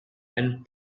and